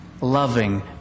loving